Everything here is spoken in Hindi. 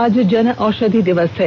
आज जनऔषधि दिवस है